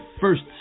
first